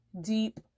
deep